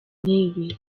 nk’ibi